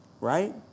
Right